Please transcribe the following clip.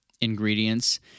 ingredients